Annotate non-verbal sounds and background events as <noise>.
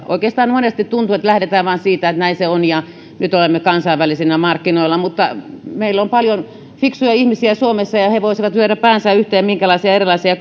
<unintelligible> oikeastaan monesti tuntuu että lähdetään vain siitä että näin se on ja nyt olemme kansainvälisillä markkinoilla mutta meillä on paljon fiksuja ihmisiä suomessa ja ja he voisivat lyödä päänsä yhteen minkälaisia erilaisia <unintelligible>